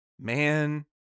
Man